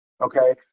okay